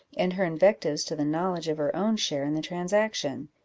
and her invectives to the knowledge of her own share in the transaction.